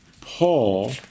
Paul